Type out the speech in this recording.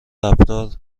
رفتار